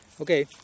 Okay